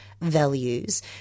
values